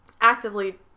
actively